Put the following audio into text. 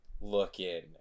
looking